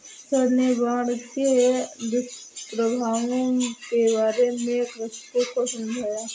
sir ने बाढ़ के दुष्प्रभावों के बारे में कृषकों को समझाया